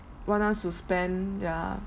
want us to spend yeah